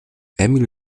emil